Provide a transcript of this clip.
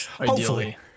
Ideally